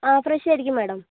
ആ ഫ്രെഷ് ആയിരിക്കും മേഡം